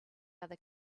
other